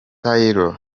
tirol